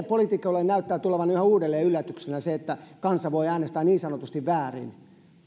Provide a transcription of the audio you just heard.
poliitikoille näyttää tulevan yhä uudelleen yllätyksenä se että kansa voi äänestää niin sanotusti väärin